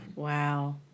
Wow